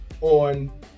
on